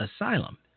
Asylum